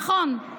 נכון,